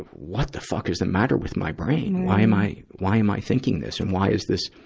what the fuck is the matter with my brain? why am i, why am i thinking this, and why is this,